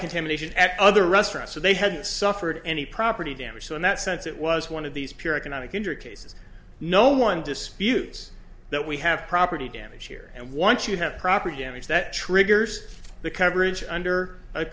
contamination at other restaurants they hadn't suffered any property damage so in that sense it was one of these pure economic injury cases no one disputes that we have property damage here and once you have property damage that triggers the coverage under a